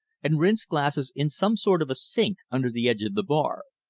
and rinsed glasses in some sort of a sink under the edge of the bar.